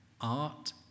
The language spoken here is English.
Art